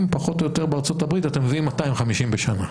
פחות או יותר בארה"ב אתם מביאים 250 בשנה.